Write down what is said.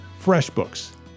FreshBooks